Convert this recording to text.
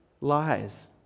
lies